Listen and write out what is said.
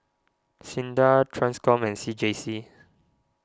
Sinda Transcom and C J C